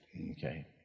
Okay